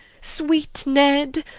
sweet ned,